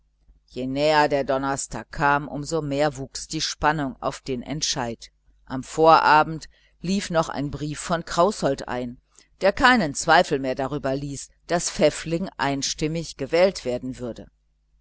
je näher der donnerstag kam um so mehr wuchs die spannung auf den entscheid am vorabend lief noch ein brief von kraußold ein der keinen zweifel mehr darüber ließ daß pfäffling einstimmig gewählt würde